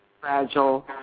fragile